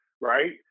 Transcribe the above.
right